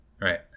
Right